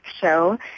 show